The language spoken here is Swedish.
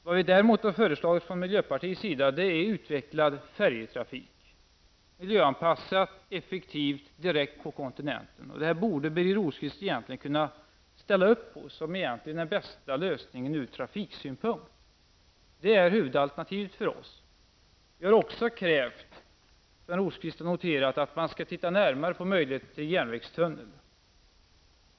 Vad vi däremot har föreslagit från miljöpartiet är utvecklad färjetrafik -- miljöanpassad och effektiv -- direkt till kontinenten. Det borde Birger Rosqvist egentligen kunna ställa upp på, som den bästa lösningen ur trafiksynpunkt. Detta är huvudalternativet för oss. Vi har också krävt, som Birger Rosqvist har noterat, att man skall se närmare på möjligheterna till en järnvägstunnel.